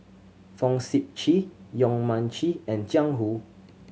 Fong Sip Chee Yong Mun Chee and Jiang Hu